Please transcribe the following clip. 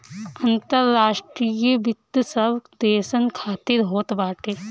अंतर्राष्ट्रीय वित्त सब देसन खातिर होत बाटे